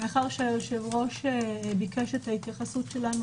מאחר שהיושב-ראש ביקש את ההתייחסות שלנו